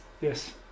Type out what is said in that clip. Yes